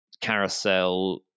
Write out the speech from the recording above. Carousel